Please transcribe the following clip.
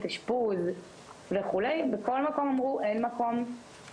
אשפוז וכו' בכל מקום אמרו אין מקום,